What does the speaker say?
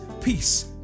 peace